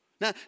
Now